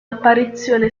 apparizione